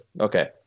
Okay